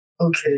Okay